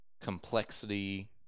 complexity